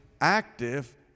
active